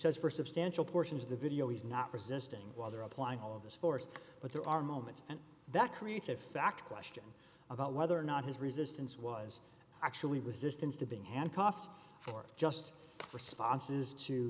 says for substantial portions of the video he's not resisting while they're applying all of this force but there are moments and that creates a fact question about whether or not his resistance was actually was distance to being handcuffed or just responses to